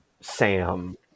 Sam